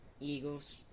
Eagles